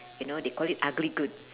you know they call it ugly good